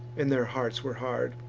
and their hearts were hard.